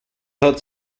hat